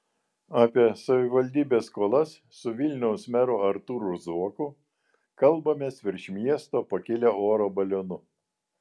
apie savivaldybės skolas su vilniaus meru artūru zuoku kalbamės virš miesto pakilę oro balionu